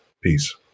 Peace